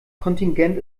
kontingent